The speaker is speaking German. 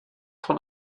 von